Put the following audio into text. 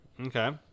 Okay